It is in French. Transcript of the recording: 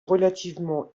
relativement